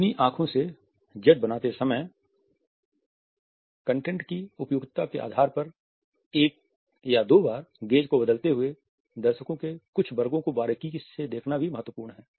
अपनी आंखों से Z बनाते समय कंटेंट की उपयुक्तता के आधार पर एक या दो बार गेज़ को बदलते हुए दर्शकों के कुछ वर्गों को बारीकी से देखना भी महत्वपूर्ण है